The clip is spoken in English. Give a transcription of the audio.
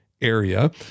area